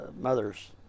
mother's